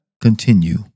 continue